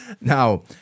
Now